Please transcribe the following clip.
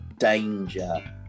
Danger